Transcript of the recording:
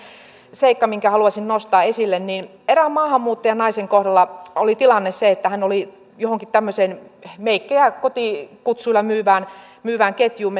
seikka minkä haluaisin nostaa esille erään maahanmuuttajanaisen kohdalla oli tilanne se että hän oli johonkin tämmöiseen meikkejä kotikutsuilla myyvään myyvään ketjuun